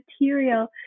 material